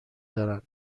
دارن